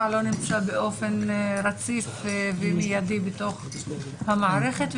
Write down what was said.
לא נמצא באופן רציף ומיידי בתוך המערכת,